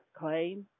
claim